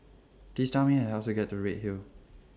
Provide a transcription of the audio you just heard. Please Tell Me How to get to Redhill